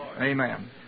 Amen